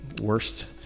worst